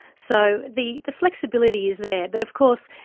so the the flexibility is there. but of course,